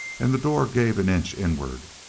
and the door gave an inch inward.